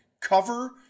Cover